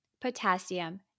potassium